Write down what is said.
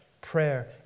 prayer